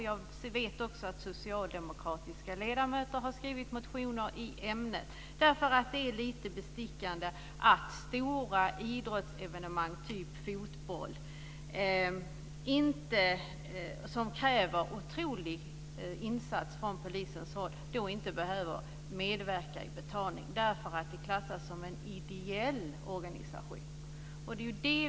Jag vet också att socialdemokratiska ledamöter har skrivit motioner i ämnet. Det är nämligen lite bestickande att man vid stora idrottsevenemang som t.ex. fotboll, som kräver otroliga insatser från polisen, inte behöver medverka till betalningen eftersom det klassas som en ideell organisation.